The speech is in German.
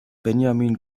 benjamin